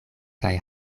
kaj